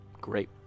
Great